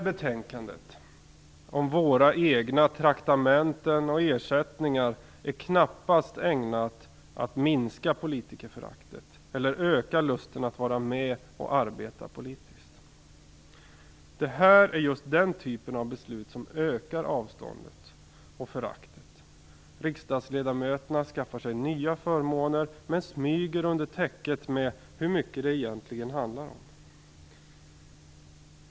Betänkandet om våra egna traktamenten och ersättningar är knappast ägnat att minska politikerföraktet eller att öka lusten att vara med och arbeta politiskt. Det här är just den typen av beslut som ökar avståndet och föraktet. Riksdagsledamöterna skaffar sig nya förmåner. Man smyger under täcket med hur mycket det egentligen handlar om.